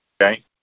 okay